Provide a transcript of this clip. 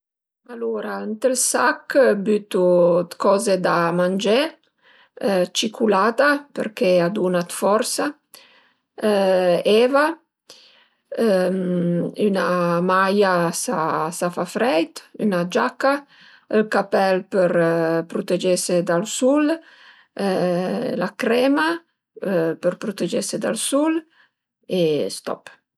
Alura ënt ël sach bütu d'coza da mangé, ciculata perché a duna d'forsa, eva, üna maia, s'a fa freit, üna giaca, ël capèl për prutegese dal sul, la crema për prutegese dal sul e stop